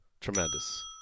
Tremendous